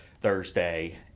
Thursday